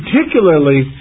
particularly